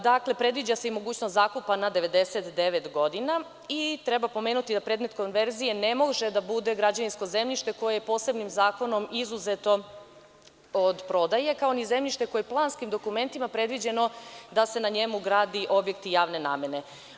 Dakle, predviđa se i mogućnost zakupa na 99 godina i treba pomenuti da predmet konverzije ne može da bude građevinsko zemljište koje je posebnim zakonom izuzeto od prodaje, kao ni zemljište koje je planskim dokumentima predviđeno da se na njemu grade objekti javne namene.